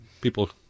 people